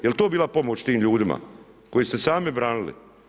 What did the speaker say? Je li to bila pomoć tim ljudima koji su se sami branili?